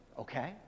okay